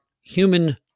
human